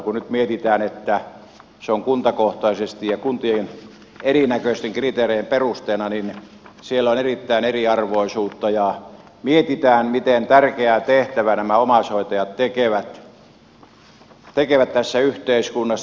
kun nyt mietitään että se on kuntakohtaisesti ja kuntien erinäköisten kriteerien perusteena niin siellä on erittäin paljon eriarvoisuutta ja mietitään miten tärkeää tehtävää nämä omaishoitajat tekevät tässä yhteiskunnassa